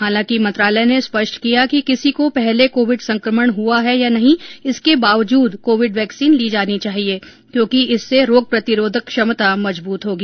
हालांकि मंत्रालय ने स्पष्ट किया कि किसी को पहले कोविड संक्रमण हुआ है या नहीं इसके बावजूद कोविड वैक्सीन ली जानी चाहिए क्योंकि इससे रोग प्रतिरोधक क्षमता मजबूत होगी